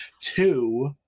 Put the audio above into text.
Two